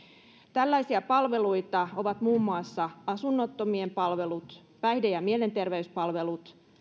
tällaisia palveluita ovat muun muassa asunnottomien palvelut päihde ja mielenterveyspalvelut